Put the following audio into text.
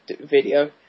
video